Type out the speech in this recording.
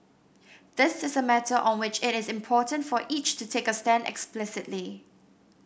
this is a matter on which it is important for each to take a stand explicitly